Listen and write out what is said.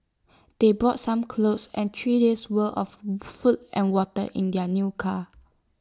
they brought some clothes and three days' worth of food and water in their new car